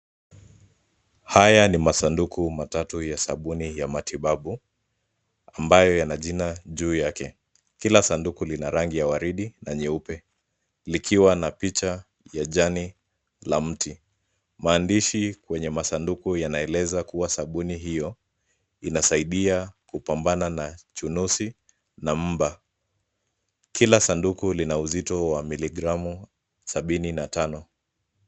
Haya ni masanduku matatu ya sabuni ya matibabu, ambayo yana jina juu yake. Kila sanduku lina rangi ya waridi na nyeupe, likiwa na picha ya jani la mti. Maandishi kwenye masanduku yanaeleza kuwa sabuni hio, inasaidia kupambana na chunosi na mba. Kila sanduku lina uzito wa miligramu sabini na tano.